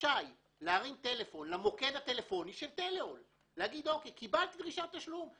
רשאי להתקשר למוקד הטלפוני של טלאול ולהגיד: קיבלתי דרישת תשלום.